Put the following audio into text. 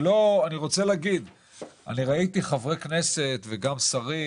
ראיתי חברי כנסת וגם שרים